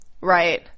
Right